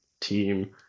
team